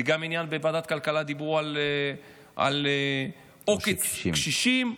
בוועדת הכלכלה דיברו על עוקץ קשישים.